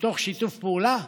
מתוך שיתוף פעולה.